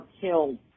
killed